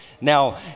Now